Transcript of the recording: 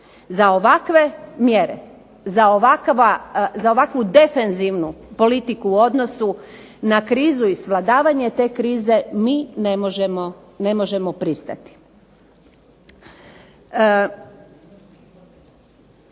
Za ovakve mjere, za ovakvu defenzivnu politiku u odnosu na krizu i svladavanje te krize mi ne možemo pristati.